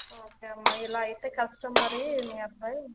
okay అమ్మా ఇలా అయితే కష్టం మరి మీ అబ్బాయి